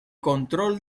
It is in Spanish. control